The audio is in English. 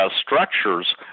structures